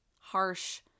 harsh